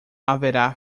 haverá